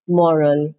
moral